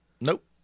Nope